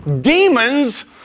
Demons